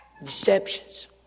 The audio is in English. Deceptions